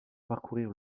parcourir